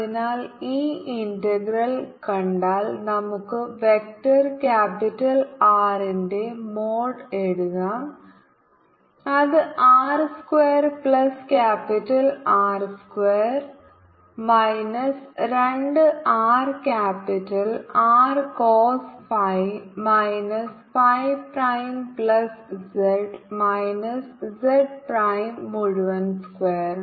അതിനാൽ ഈ ഇന്റഗ്രൽ കണ്ടാൽ നമുക്ക് വെക്റ്റർ ക്യാപിറ്റൽ R ന്റെ മോഡ് എഴുതാം അത് r square plus capital R square minus രണ്ട് R capital R cos phi minus phi prime plus z minus z prime മുഴുവൻ സ്ക്വയർ